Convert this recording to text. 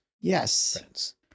Yes